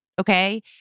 okay